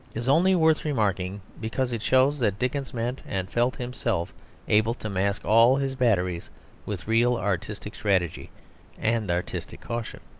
is only worth remarking because it shows that dickens meant and felt himself able to mask all his batteries with real artistic strategy and artistic caution.